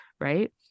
right